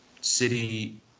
city